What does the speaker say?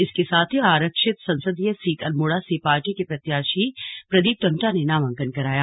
इसके साथ ही आरक्षित संसदीय सीट अल्मोड़ा से पार्टी के प्रत्याशी प्रदीप टम्टा ने नामांकन कराया